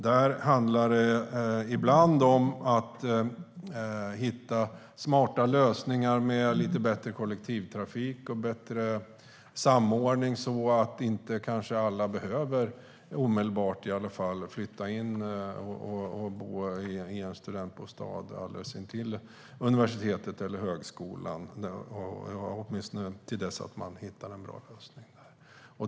Det handlar ibland om att hitta smarta lösningar med lite bättre kollektivtrafik och bättre samordning, så att kanske inte alla, i alla fall inte omedelbart, behöver flytta till en studentbostad alldeles intill universitetet eller högskolan. Då kan de bo kvar åtminstone till dess att de hittar en bra lösning.